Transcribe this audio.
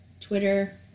Twitter